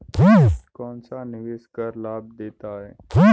कौनसा निवेश कर लाभ देता है?